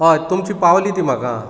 हय तुमची पावली ती म्हाका